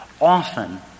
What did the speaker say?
often